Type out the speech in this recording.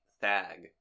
Thag